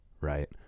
right